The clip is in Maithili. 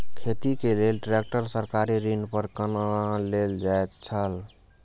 खेती के लेल ट्रेक्टर सरकारी ऋण पर कोना लेल जायत छल?